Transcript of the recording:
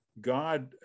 God